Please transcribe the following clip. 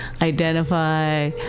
identify